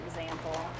example